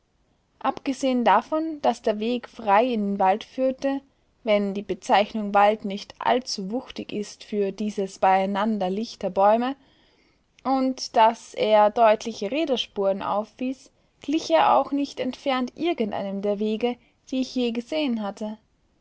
abgesehen davon daß der weg frei in den wald führte wenn die bezeichnung wald nicht allzu wuchtig ist für dieses beieinander lichter bäume und daß er deutliche räderspuren aufwies glich er auch nicht entfernt irgendeinem der wege die ich je gesehen hatte